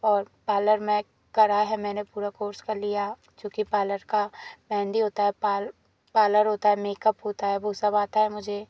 और पाल्लर में करा है मैंने पूरा कोर्स कर लिया है चूंकि पाल्लर का मेहंदी होता पाल पाल्लर होता है मेकअप होता है वो सब आता है मुझे